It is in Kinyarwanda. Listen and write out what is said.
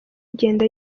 igenda